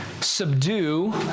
subdue